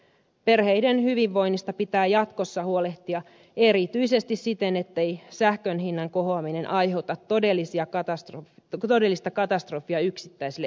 perheiden hyvinvoinnista pitää jatkossa huolehtia erityisesti siten ettei sähkön hinnan kohoaminen aiheuta todellista katastrofia yksittäisille